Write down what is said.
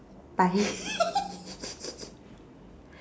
bye